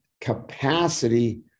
capacity